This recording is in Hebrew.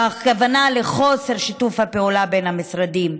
והכוונה לחוסר שיתוף הפעולה בין המשרדים,